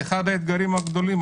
זה אחד האתגרים הגדולים.